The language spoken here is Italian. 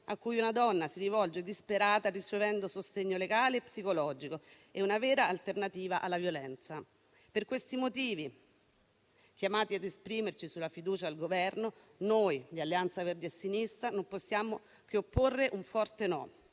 a cui una donna si rivolge disperata, ricevendo sostegno legale e psicologico, e una vera alternativa alla violenza. Per questi motivi, chiamati ad esprimerci sulla fiducia al Governo, noi di Alleanza Verdi e Sinistra non possiamo che opporre un forte "no".